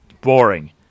Boring